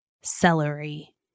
celery